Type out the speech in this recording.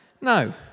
No